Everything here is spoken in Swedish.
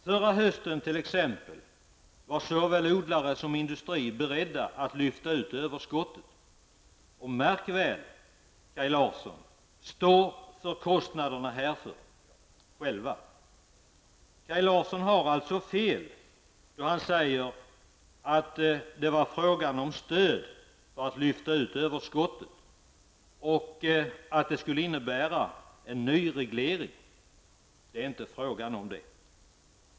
Förra hösten var t.ex. såväl odlare som industri beredda att lyfta ut överskottet och, märk väl, Kaj Larsson, stå för kostnaderna härför själva. Kaj Larsson har alltså fel då han säger att det var fråga om stöd för att lyfta ut överskottet och att det skulle innebära en ny reglering. Det är inte fråga om det.